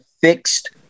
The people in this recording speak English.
fixed